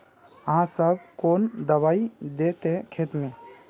आहाँ सब कौन दबाइ दे है खेत में?